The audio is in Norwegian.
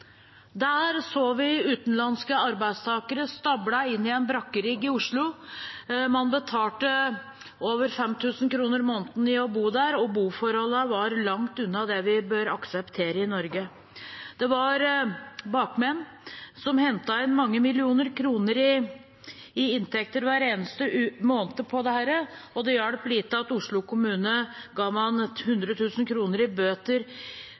Der så vi utenlandske arbeidstakere stablet inn i en brakkerigg i Oslo. Man betalte over 5 000 kr i måneden for å bo der, og boforholdene var langt unna det vi bør akseptere i Norge. Bakmenn hentet inn mange millioner kroner i inntekter hver eneste måned på dette. Det hjalp lite at Oslo kommune ga 100 000 kr i bøter